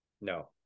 No